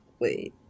wait